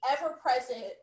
ever-present